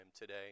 today